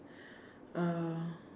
uh